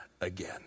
again